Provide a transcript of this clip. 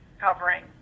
covering